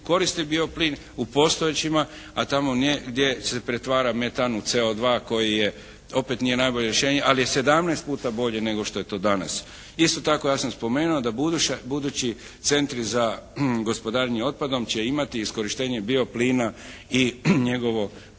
koristiti bio plin u postojećima, a tamo ne gdje se pretvara metan u CO2 koji opet nije najbolje rješenje ali je 17 puta bolji nego što je to danas. Isto tako ja sam spomenuo da budući centri za gospodarenje otpadom će imati iskorištenje bio plina i njegovo